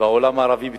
והעולם הערבי בתוכה,